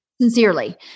Sincerely